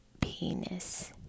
penis